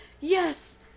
yes